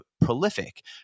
prolific